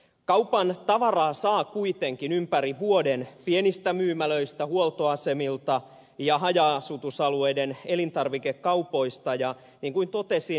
kaupan tavaraa saa kuitenkin ympäri vuoden pienistä myymälöistä huoltoasemilta ja haja asutusalueiden elintarvikekaupoista ja niin kuin totesin ed